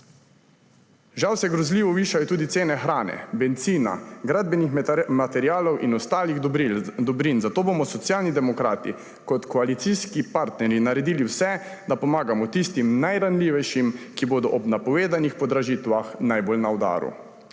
Žal se grozljivo višajo tudi cene hrane, bencina, gradbenih materialov in ostalih dobrin, zato bomo Socialni demokrati kot koalicijski partnerji naredili vse, da pomagamo tistim najranljivejšim, ki bodo ob napovedanih podražitvah najbolj na udaru,